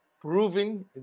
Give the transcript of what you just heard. proving